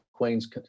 Queens